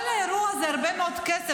כל האירוע הזה הוא הרבה מאוד כסף,